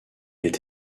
est